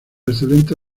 excelente